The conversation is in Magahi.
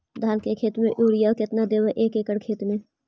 धान के खेत में युरिया केतना देबै एक एकड़ में?